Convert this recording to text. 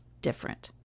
different